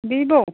Vivo